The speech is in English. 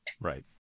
Right